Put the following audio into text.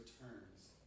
returns